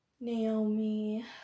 Naomi